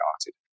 started